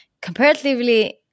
comparatively